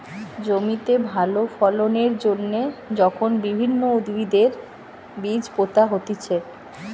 জমিতে ভালো ফলন এর জন্যে যখন বিভিন্ন উদ্ভিদের বীজ পোতা হতিছে